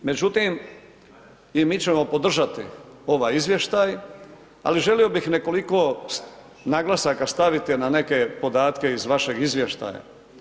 Međutim, i mi ćemo podržati ovaj izvještaj, ali želio bih nekoliko naglasaka staviti na neke podatke iz vašeg izvještaja.